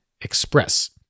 Express